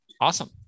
awesome